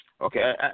Okay